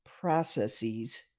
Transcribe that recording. processes